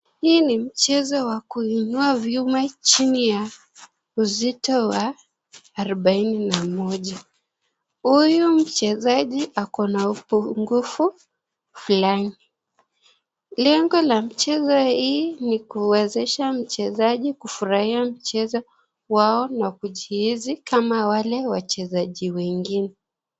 Hii ni mchezo ya kuinua vyumu chini ya uzito wa kilo arbaini na moja, huyu mchezaji akona ubungufu fulani , lengo ya mchezo hii ni kuwesesha mchezaji kufurahai mchezo wao na kijihizi kama wale wachezaji wengine.